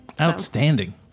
Outstanding